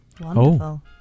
Wonderful